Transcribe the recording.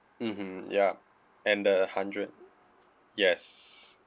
mmhmm ya and the hundred yes